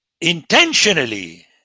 intentionally